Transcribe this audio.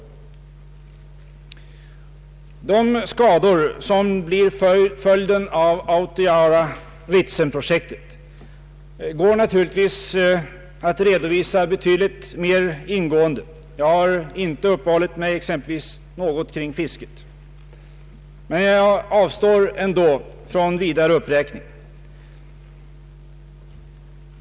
De skador som blir följden av Autajaure—Ritsemprojektet går naturligtvis att redovisa betydligt mer ingående. Jag har exempelvis inte uppehållit mig något vid fisket, men jag avstår från vidare uppräkning.